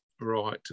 Right